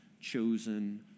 chosen